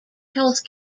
health